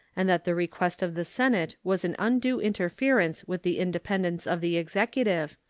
and that the request of the senate was an undue interference with the independence of the executive,